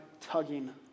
tugging